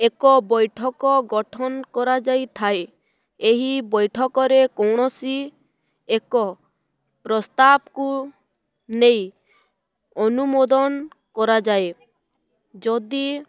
ଏକ ବୈଠକ ଗଠନ କରାଯାଇଥାଏ ଏହି ବୈଠକରେ କୌଣସି ଏକ ପ୍ରସ୍ତାବକୁ ନେଇ ଅନୁମୋଦନ କରାଯାଏ ଯଦି